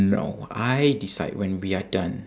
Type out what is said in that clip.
no I decide when we are done